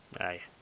Aye